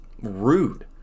rude